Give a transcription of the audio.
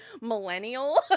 millennial